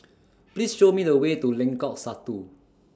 Please Show Me The Way to Lengkong Satu